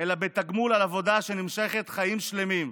אלא בתגמול על עבודה שנמשכת חיים שלמים.